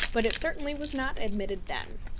but it certainly was not admitted then.